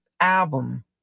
album